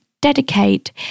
dedicate